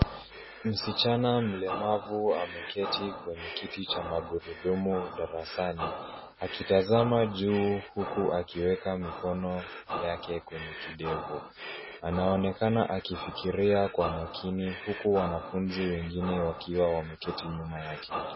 Msichana mlemavu ameketi kwenye kiti cha magurudumu darasani akitazama juu huku akiweka mikono yake kwenye kidevu. Anaonekana akifikiria kwa makini huku wanafunzi wengine wakiwa wameketi nyuma yake.